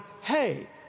hey